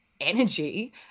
energy